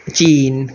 China